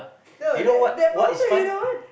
no that that point of time you know what